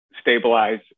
stabilize